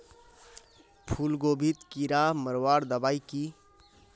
फूलगोभीत कीड़ा मारवार दबाई की?